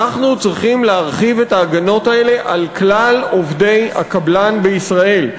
אנחנו צריכים להרחיב את ההגנות האלה על כלל עובדי הקבלן בישראל.